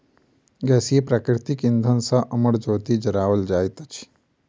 गैसीय प्राकृतिक इंधन सॅ अमर ज्योति जराओल जाइत अछि